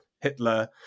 Hitler